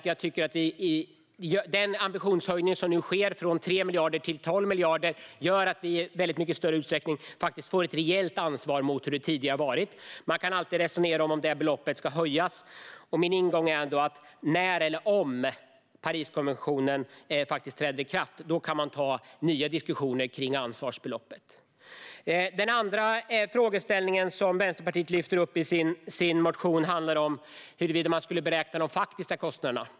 Jag tycker att den ambitionshöjning som nu sker från 3 miljarder till 12 miljarder gör att det blir ett reellt mycket större skadeståndsansvar mot hur det tidigare har varit. Man kan alltid resonera om huruvida beloppet ska höjas. Min ingång är att när eller om Pariskonventionen träder i kraft kan man ta nya diskussioner kring ansvarsbeloppet. Den andra frågeställning som Vänsterpartiet lyfter fram i sin motion handlar om hur man ska beräkna de faktiska kostnaderna.